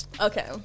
Okay